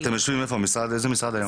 איפה המשרד היום?